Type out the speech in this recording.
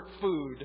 food